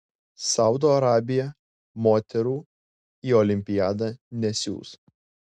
saudo arabija moterų į olimpiadą nesiųs